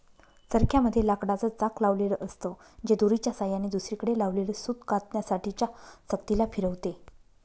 चरख्या मध्ये लाकडाच चाक लावलेल असत, जे दोरीच्या सहाय्याने दुसरीकडे लावलेल सूत कातण्यासाठी च्या चकती ला फिरवते